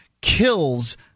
kills